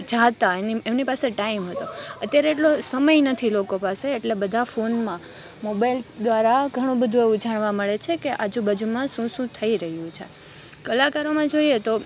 જાતાં એમની પાસે ટાઈમ હતો અત્યારે એટલો સમય નથી લોકો પાસે એટલે બધા ફોનમાં મોબાઈલ દ્વારા ઘણું બધું એવું જાણવા મળે છે કે આજુબાજુમાં શું શું થઈ રહ્યું છે કલાકારોમાં જોઈએ તો